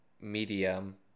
medium